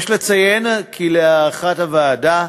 יש לציין כי להערכת הוועדה,